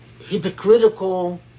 hypocritical